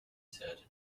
said